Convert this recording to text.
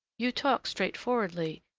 you talk straightforwardly,